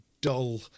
dull